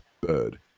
bird